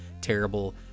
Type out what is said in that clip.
terrible